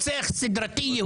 רוצח סדרתי יהודי,